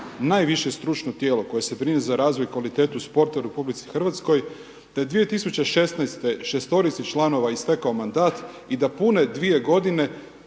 najviše stručno tijelo koje se brine za razvoj i kvalitetu sporta u RH, da je 2016. šestorici članova istekao mandat i da pune 2 godine